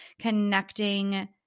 connecting